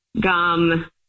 gum